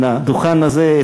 מן הדוכן הזה,